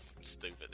stupid